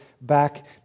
back